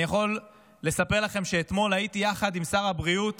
אני יכול לספר לכם שאתמול הייתי יחד עם שר הבריאות